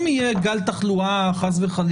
אם חס וחלילה יהיה גל תחלואה חמישי,